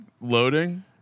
loading